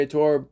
Tour